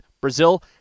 Brazil